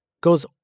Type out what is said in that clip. goes